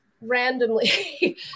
randomly